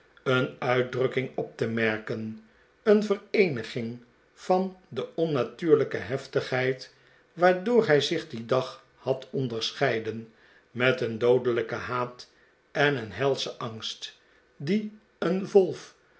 een uitdrukking op te merken een vereeniging van de onnatuurlijke heftigheid waardoor hij zich dien dag had onderscheiden met een doodelijken haat en een helschen angst die een wolf